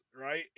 right